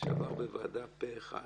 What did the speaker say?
שעבר בוועדה פה אחד.